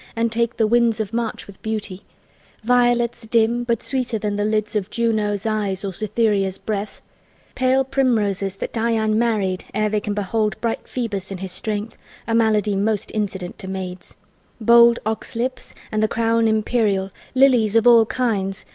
and take the winds of march with beauty violets dim but sweeter than the lids of juno's eyes or cytherea's breath pale primroses, that die unmarried ere they can behold bright phoebus in his strength a malady most incident to maids bold oxlips, and the crown-imperial lilies of all kinds,